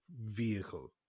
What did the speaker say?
vehicle